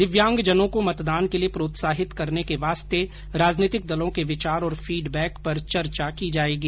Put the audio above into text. दिव्यांग जनों को मतदान के लिए प्रोत्साहित करने के वास्ते राजनीतिक दलों के विचार और फीडबैक पर चर्चा की जायेगी